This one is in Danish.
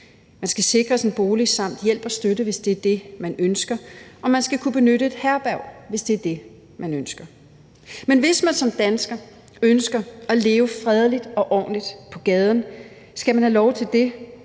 Man skal sikres en bolig samt hjælp og støtte, hvis det er det, man ønsker. Og man skal kunne benytte et herberg, hvis det er det, man ønsker. Men hvis man som dansker ønsker at leve fredeligt og ordentligt på gaden, skal man have lov til det,